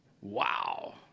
wow